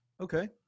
Okay